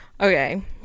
okay